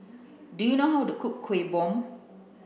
Do you know how to cook kueh bom